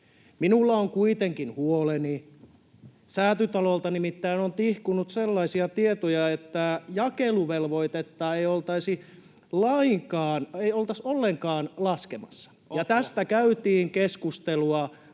Minulla on kuitenkin huoleni. Säätytalolta nimittäin on tihkunut sellaisia tietoja, että jakeluvelvoitetta ei oltaisi ollenkaan laskemassa, [Pekka Aittakumpu: